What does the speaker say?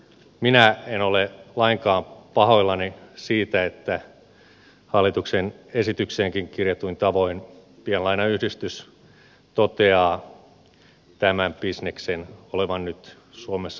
minä en ole lainkaan pahoillani siitä että hallituksen esitykseenkin kirjatuin tavoin pienlainayhdistys toteaa tämän bisneksen olevan nyt suomessa lopuillaan